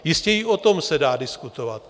Jistě i o tom se dá diskutovat.